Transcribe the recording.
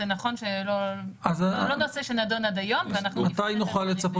זה נכון שזה לא נושא שנדון עד היום ואנחנו --- אז מתי נוכל לצפות?